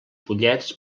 pollets